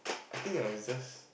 I think I was just